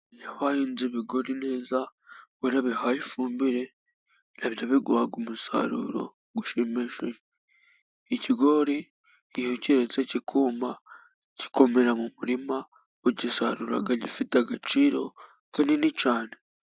Iyo wahinze ibigori neza warabihaye ifumbire, na byo biguha umusaruro ushimishije. Ikigori iyo ukiretse kikuma kikumira mu murima, ugisarura gifite agaciro kanini cyane.